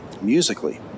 musically